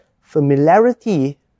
Familiarity